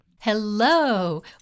Hello